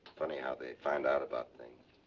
funny how they find out about things.